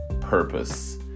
purpose